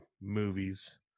movies